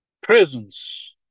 prisons